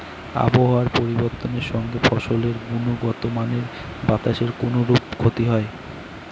আবহাওয়ার পরিবর্তনের সঙ্গে ফসলের গুণগতমানের বাতাসের কোনরূপ ক্ষতি হয়?